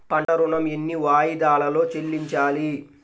పంట ఋణం ఎన్ని వాయిదాలలో చెల్లించాలి?